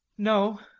no.